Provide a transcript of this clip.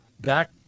back